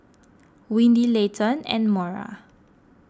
Windy Leighton and Maura